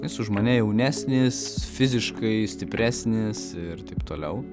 jis už mane jaunesnis fiziškai stipresnis ir taip toliau